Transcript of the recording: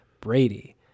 brady